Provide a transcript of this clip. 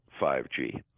5G